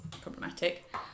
problematic